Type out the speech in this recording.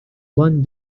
one